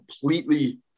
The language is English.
completely